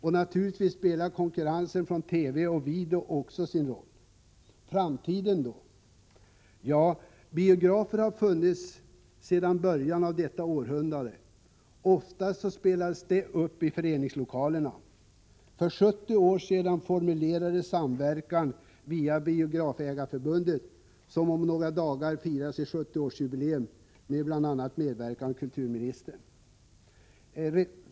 Och naturligtvis spelar konkurrensen från TV och video sin roll. Beträffande framtiden: Biografer har funnits sedan början av detta århundrade. Ofta spelades filmerna upp i föreningslokalerna. För 70 år sedan formaliserades samverkan via Biografägareförbundet, som om några dagar firar sitt 70-årsjubileum, med bl.a. medverkan av kulturministern.